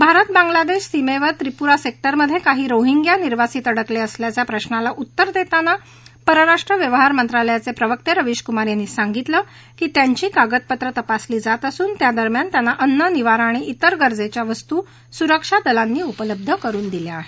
भारत बांगलादेश सीमेवर त्रिपुरा सेक्टरमध्ये काही रोहिंग्या निर्वासीत अडकले असल्याचा प्रश्नाला उत्तर देताना परराष्ट्र व्यवहार मंत्रालयाचं प्रवक्ते रविशकुमार यांनी सांगितलं की त्यांची कागदपत्रं तपासली जात असून त्यादरम्यान त्यांना अन्न निवारा आणि तिर गरजेच्या वस्तू सुरक्षा दलांनी उपलब्ध करुन दिल्या आहेत